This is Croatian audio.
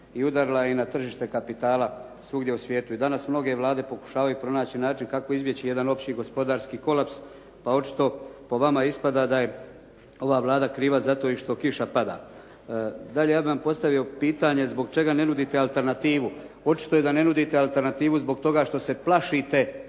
i udarila i na tržište kapitala svugdje u svijetu. I danas mnoge vlade pokušavaju pronaći način kako izbjeći jedan opći gospodarski kolaps. Pa očito, po vama ispada da je ova Vlada kriva zato i što kiša pada. Dalje, ja bih vam postavio pitanje zbog čega ne nudite alternativu. Očito je da ne nudite alternativu zbog toga što se plašite